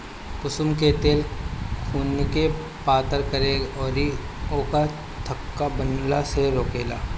कुसुम के तेल खुनके पातर करे में अउरी ओके थक्का बनला से रोकेला